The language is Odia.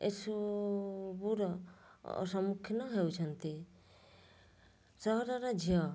ସମ୍ମୁଖୀନ ହେଉଛନ୍ତି ସହରର ଝିଅ